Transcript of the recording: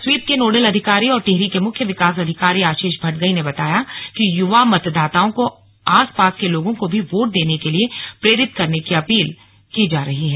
SVEEP के nodal अधिकारी और टिहरी के मुख्य विकास अधिकारी आशीष भटगई ने बताया कि युवा मतदाताओं को आसपास के लोगों को भी वोट देने के लिये प्रेरित करने की अपील की जा रही है